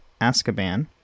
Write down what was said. Azkaban